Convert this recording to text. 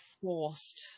forced